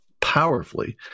powerfully